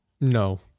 No